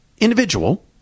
individual